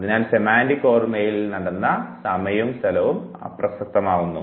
അതിനാൽ സെമാൻറിക് ഓർമ്മയിൽ നടന്ന സമയവും സ്ഥലവും അപ്രസക്തമാകുന്നു